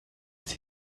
sie